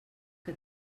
que